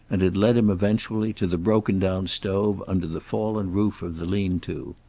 and it led him, eventually, to the broken-down stove under the fallen roof of the lean-to.